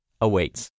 awaits